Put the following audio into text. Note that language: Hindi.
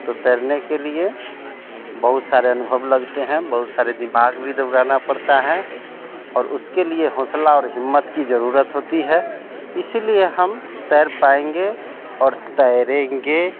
तो तैरने के लिए बहुत सारे अनुभव लगते हैं बहुत सारा दिमाग़ भी दौड़ाना पड़ता है और उसके लिए हौंसला और हिम्मत की ज़रूरत होती है इसलिए हम तैर पाएंगे और तैरेंगे